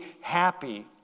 happy